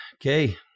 Okay